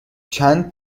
چند